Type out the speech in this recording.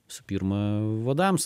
visų pirma vadams